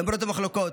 למרות המחלוקות,